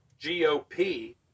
GOP